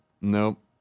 Nope